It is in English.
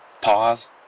pause